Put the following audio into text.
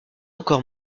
encore